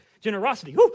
generosity